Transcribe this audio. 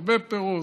הרבה פירות,